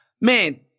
man